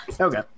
okay